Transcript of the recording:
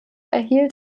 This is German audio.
erhielt